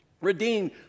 Redeemed